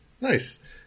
nice